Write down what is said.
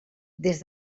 des